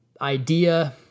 idea